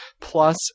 Plus